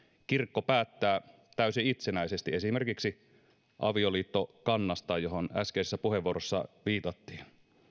kirkko päättää täysin itsenäisesti esimerkiksi avioliittokannastaan johon äskeisessä puheenvuorossa viitattiin